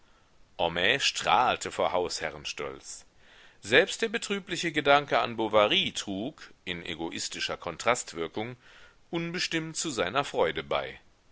homais strahlte vor hausherrenstolz selbst der betrübliche gedanke an bovary trug in egoistischer kontrastwirkung unbestimmt zu seiner freude bei